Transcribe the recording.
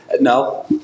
No